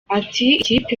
ati“ikipe